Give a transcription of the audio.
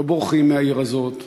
לא בורחים מהעיר הזאת,